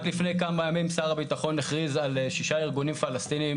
רק לפני כמה ימים שר הביטחון הכריז על שישה ארגונים פלסטינים